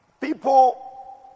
people